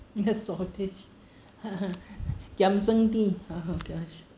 shortage kiam seng di oh my gosh